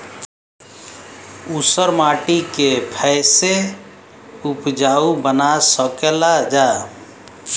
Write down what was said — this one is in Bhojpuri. ऊसर माटी के फैसे उपजाऊ बना सकेला जा?